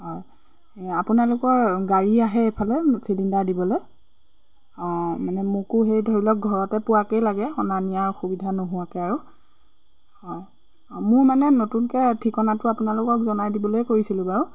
হয় আপোনালোকৰ গাড়ী আহে এইফালে চিলিণ্ডাৰ দিবলে অঁ মানে মোকো সেই ধৰি লওক ঘৰতে পোৱাকেই লাগে অনা নিয়াৰ অসুবিধা নোহোৱাকে আৰু হয় অঁ মোৰ মানে নতুনকে ঠিকনাটো আপোনালোকক জনাই দিবলেই কৰিছিলোঁ বাৰু